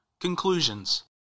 Conclusions